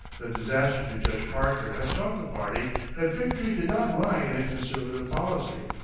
the disaster to judge parker had taught the party that victory did not lie in a conservative policy.